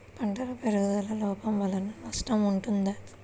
పంటల పెరుగుదల లోపం వలన నష్టము ఉంటుందా?